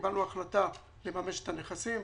קיבלנו החלטה לממש את הנכסים.